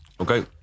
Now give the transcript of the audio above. Okay